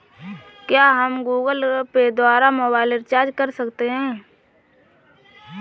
क्या हम Google Pay द्वारा मोबाइल रिचार्ज कर सकते हैं?